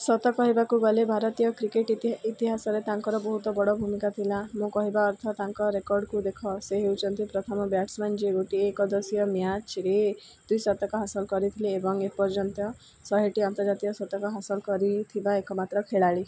ସତ କହିବାକୁ ଗଲେ ଭାରତୀୟ କ୍ରିକେଟ୍ ଇତିହାସରେ ତାଙ୍କର ବହୁତ ବଡ଼ ଭୂମିକା ଥିଲା ମୋ କହିବା ଅର୍ଥ ତାଙ୍କ ରେକର୍ଡ଼କୁ ଦେଖ ସେ ହେଉଛନ୍ତି ପ୍ରଥମ ବ୍ୟାଟ୍ସ ମ୍ୟାନ୍ ଯିଏ ଗୋଟିଏ ଏକଦଶୀୟ ମ୍ୟାଚ୍ରେ ଦ୍ଵିଶତକ ହାସଲ କରିଥିଲେ ଏବଂ ଏପର୍ଯ୍ୟନ୍ତ ଶହେଟି ଆନ୍ତର୍ଜାତୀୟ ଶତକ ହାସଲ କରିଥିବା ଏକମାତ୍ର ଖେଳାଳି